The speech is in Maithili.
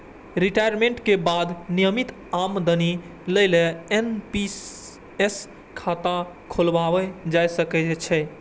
रिटायमेंट के बाद नियमित आमदनी लेल एन.पी.एस खाता खोलाएल जा सकै छै